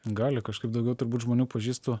gali kažkaip daugiau turbūt žmonių pažįstu